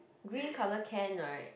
green colour can right